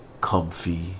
comfy